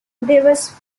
davis